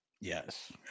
Yes